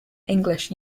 english